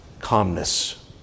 calmness